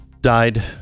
died